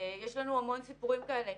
יש לנו המון סיפורים כאלה,